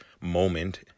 moment